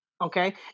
Okay